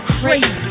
crazy